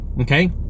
okay